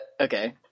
Okay